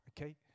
okay